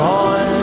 on